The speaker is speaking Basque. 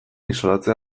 isolatzea